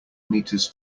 meters